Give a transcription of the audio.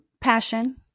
Passion